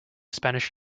spanish